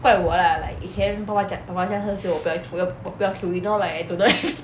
怪我 lah like 以前爸爸讲爸爸这样喝酒我不要我不要出音 then now like I don't know anything